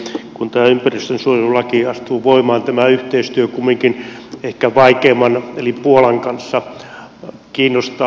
eli kun tämä ympäristönsuojelulaki astuu voimaan tämä yhteistyö kumminkin ehkä vaikeimman eli puolan kanssa kiinnostaa